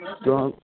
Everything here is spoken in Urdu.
تو ہم